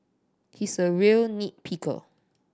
he is a real nit picker